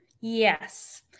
Yes